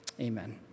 Amen